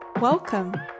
welcome